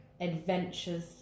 adventures